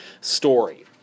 story